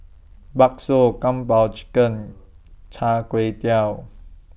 Bakso Kung Po Chicken Chai Kuay Tow